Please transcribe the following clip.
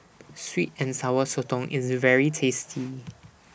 Sweet and Sour Sotong IS very tasty